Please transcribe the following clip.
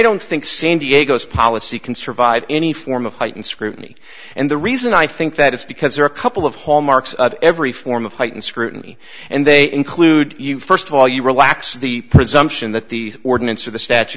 don't think san diego is policy can survive any form of heightened scrutiny and the reason i think that is because there are a couple of hallmarks of every form of heightened scrutiny and they include first of all you relax the presumption that the ordinance or the statu